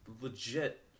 Legit